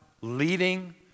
leading